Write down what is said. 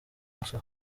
maso